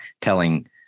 telling